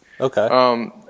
Okay